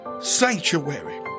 sanctuary